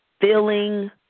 feeling